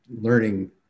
learning